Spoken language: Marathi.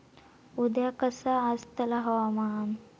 उद्या कसा आसतला हवामान?